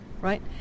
right